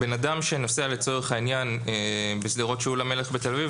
בן אדם שנוסע בשדרות שאול המלך בתל אביב,